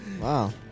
Wow